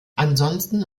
ansonsten